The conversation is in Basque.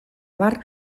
abar